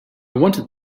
wanted